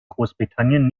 großbritannien